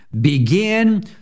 Begin